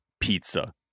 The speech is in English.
pizza